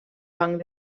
banc